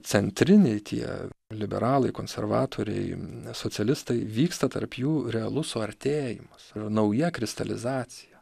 centriniai tie liberalai konservatoriai socialistai vyksta tarp jų realus suartėjimas ir nauja kristalizacija